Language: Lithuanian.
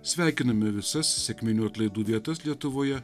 sveikiname visas sekminių atlaidų vietas lietuvoje